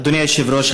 אדוני היושב-ראש,